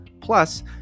Plus